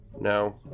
No